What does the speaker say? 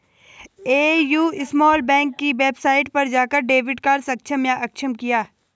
AU small bank की website पर जाकर डेबिट कार्ड सक्षम या अक्षम किया